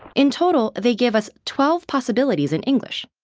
in total, they give us twelve possibilities in english.